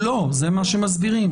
לא, זה מה שמסבירים.